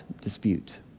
dispute